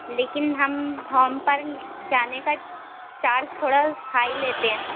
لیکن ہم ہوم پر جانے کا چارج تھوڑا ہائی لیتے ہیں